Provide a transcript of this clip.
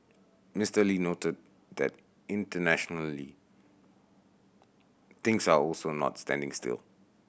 Mister Lee noted that internationally things are also not standing still